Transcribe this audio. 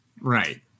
Right